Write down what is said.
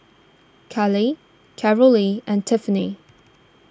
Khalil Carolee and Tiffany